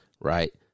right